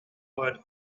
word